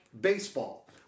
baseball